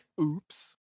Oops